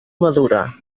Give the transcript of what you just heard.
madura